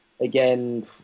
again